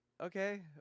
okay